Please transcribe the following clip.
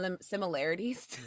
similarities